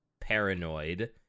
paranoid